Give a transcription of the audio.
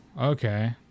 Okay